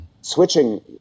Switching